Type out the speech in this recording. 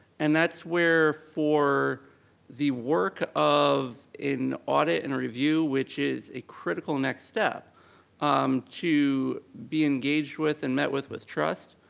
and that's where for the work of an audit and a review, which is a critical next step um to be engaged with and met with with trust,